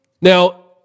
Now